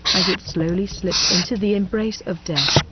as it slowly slipped into the embrace of death,